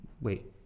Wait